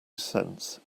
cents